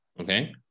okay